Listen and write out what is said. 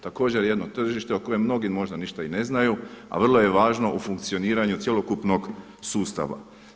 Također jedno tržište o kojem mnogi možda ništa ni ne znaju, a vrlo je važno u funkcioniranju cjelokupnog sustava.